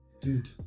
Dude